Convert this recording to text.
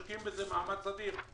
משקיעים בזה מאמץ אדיר.